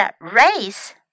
race